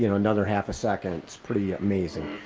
you know another half a second. it's pretty amazing.